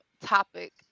topic